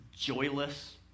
joyless